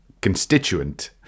constituent